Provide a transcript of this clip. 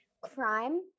crime